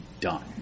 done